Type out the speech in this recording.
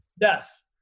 yes